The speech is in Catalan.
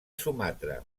sumatra